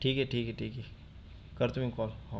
ठीक आहे ठीक आहे ठीक आहे करतो मी कॉल हो